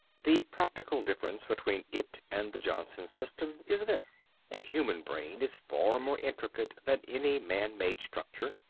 the practical difference between it and the johnson system is this a human brain is far more intricate than any man-made structure,